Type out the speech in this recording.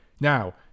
Now